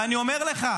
ואני אומר לך,